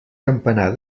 campanar